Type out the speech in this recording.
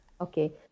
Okay